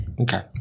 Okay